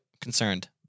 concerned